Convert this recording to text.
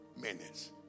minutes